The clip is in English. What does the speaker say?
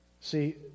See